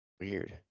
Weird